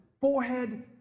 forehead